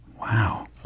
Wow